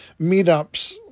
meetups